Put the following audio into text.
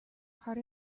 part